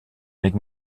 make